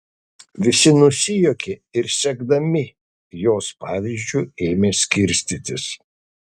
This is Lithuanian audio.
visi nusijuokė ir sekdami jos pavyzdžiu ėmė skirstytis